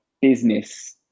business